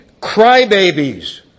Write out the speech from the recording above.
crybabies